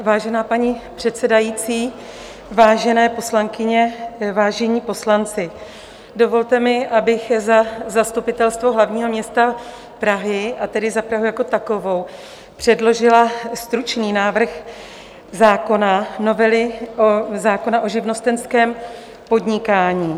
Vážená paní předsedající, vážené poslankyně, vážení poslanci, dovolte mi, abych za Zastupitelstvo hlavního města Prahy, a tedy za Prahu jako takovou, předložila stručný návrh novely zákona o živnostenském podnikání.